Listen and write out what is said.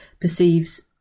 perceives